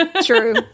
true